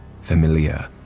familiar